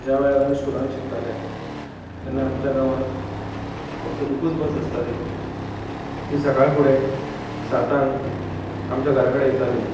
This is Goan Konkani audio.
ज्या वेळार आमी स्कुलान शिकताले तेन्ना आमच्या गांवांत फकत एकूच बस आसताली ती सकाळ फुडें सातांक आमच्या घरा कडेन येताली